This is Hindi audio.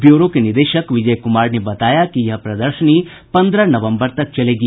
ब्यूरो के निदेशक विजय कुमार ने बताया कि यह प्रदर्शनी पंद्रह नवम्बर तक चलेगी